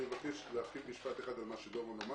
אני מבקש להרחיב משפט אחד על מה שדורון אמר